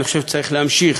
אני חושב שצריך להמשיך,